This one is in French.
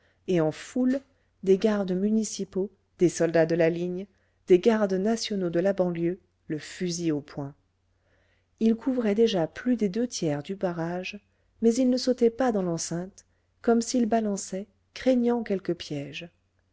et en foule des gardes municipaux des soldats de la ligne des gardes nationaux de la banlieue le fusil au poing ils couvraient déjà plus des deux tiers du barrage mais ils ne sautaient pas dans l'enceinte comme s'ils balançaient craignant quelque piège